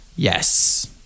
Yes